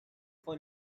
for